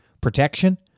protection